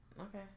Okay